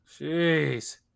Jeez